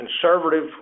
conservative